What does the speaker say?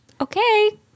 Okay